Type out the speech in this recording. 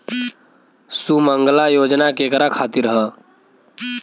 सुमँगला योजना केकरा खातिर ह?